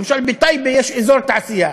למשל בטייבה יש אזור תעשייה.